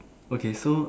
okay so